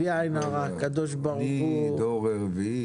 אני דור רביעי.